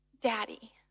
Daddy